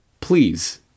please